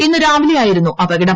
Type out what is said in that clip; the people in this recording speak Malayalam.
ഇന്ന രാവിലെ യായിരുന്നു അപകടം